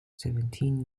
seventeen